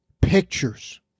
pictures